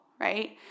right